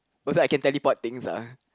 oh so I can teleport things ah